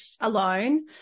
alone